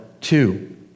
two